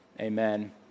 Amen